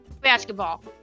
Basketball